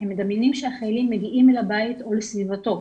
הם מדמיינים שהחיילים מגיעים לבית או לסביבתו".